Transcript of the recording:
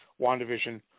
WandaVision